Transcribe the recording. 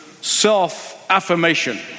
self-affirmation